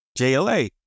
JLA